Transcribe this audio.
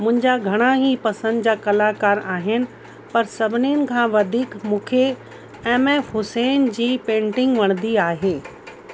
मुंहिंजा घणेई पसंदि जा कलाकार आहिनि पर सभिनिनि खां वधीक मूंखे एम एफ़ हुसैन जी पेंटिंग वणंदी आहे